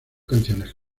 canciones